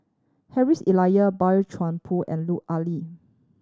Harry's Elia Boey Chuan Poh and Lut Ali